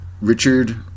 Richard